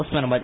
Osmanabad